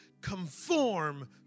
conform